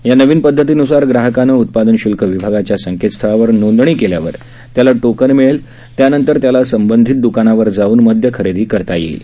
या नवीन पदधतीनसार ग्राहकानं उत्पादन शुल्क विभागाच्या संकेतस्थळावर नोंदणी केल्यावर त्याला टोकन दिलं मिळेल त्यानंतर त्याला संबंधित दुकानावर जाऊन मद्य खरेदी करता येईल